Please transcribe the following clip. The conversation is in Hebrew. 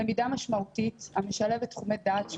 למידה משמעותית המשלבת תחומי דעת שונים,